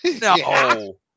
No